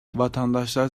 vatandaşlar